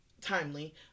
timely